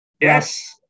Yes